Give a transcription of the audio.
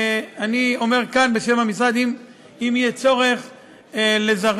אני אומר כאן בשם המשרד: אם יהיה צורך לזרז,